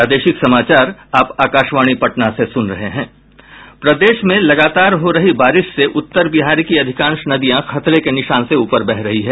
प्रदेश में लगातार हो रही बारिश से उत्तर बिहार की अधिकांश नदियां खतरे के निशान से ऊपर है